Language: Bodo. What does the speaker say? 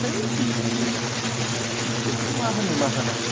है बिसोरलाय बिसोरथ' मा होनो मा होना